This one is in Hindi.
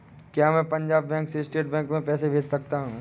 क्या मैं पंजाब बैंक से स्टेट बैंक में पैसे भेज सकता हूँ?